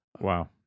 Wow